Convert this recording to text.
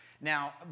Now